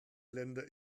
länder